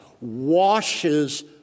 washes